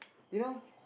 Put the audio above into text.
you know